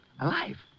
Alive